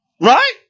right